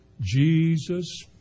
Jesus